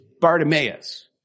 Bartimaeus